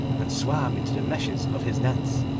and swam into the meshes of his nets,